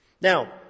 Now